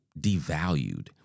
devalued